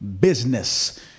business